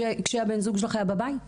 כשבן הזוג שלך היה בבית?